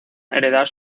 heredar